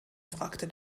fragte